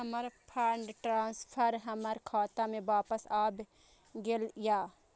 हमर fund transfer हमर खाता में वापस आब गेल या